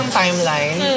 timeline